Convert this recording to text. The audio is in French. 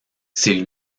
c’est